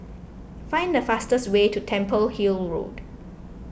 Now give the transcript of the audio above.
find the fastest way to Temple Hill Road